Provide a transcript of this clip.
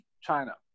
China